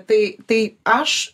tai tai aš